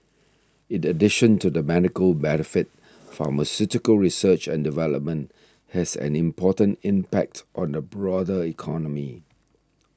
in addition to the medical benefit pharmaceutical research and development has an important impact on the broader economy